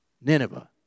Nineveh